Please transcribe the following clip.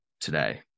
today